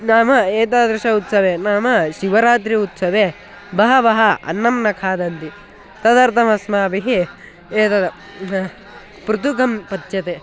नाम एतादृश उत्सवे नाम शिवरात्रि उत्सवे बहवः अन्नं न खादन्ति तदर्थम् अस्माभिः एतद् पृथुकं पच्यते